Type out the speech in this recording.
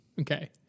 Okay